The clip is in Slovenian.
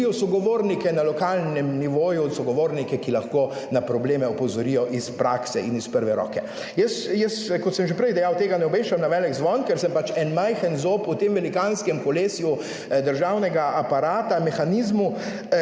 sogovornike na lokalnem nivoju, sogovornike, ki lahko na probleme opozorijo iz prakse in iz prve roke. Jaz, kot sem že prej dejal, tega ne obešam na velik zvon, ker sem pač en majhen zob v tem velikanskem kolesju državnega aparata, mehanizmu,